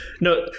no